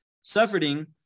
suffering